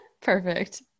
Perfect